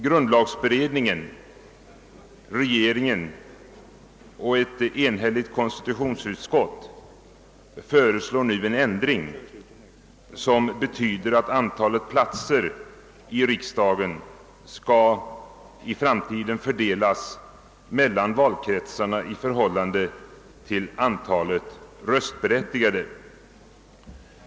Grundlagberedningen, regeringen och ett enhälligt konstitutionsutskott föreslår nu en ändring som innebär att antalet platser i riksdagen i framtiden skall fördelas mellan valkretsarna i förhållande till antalet röstberättigade.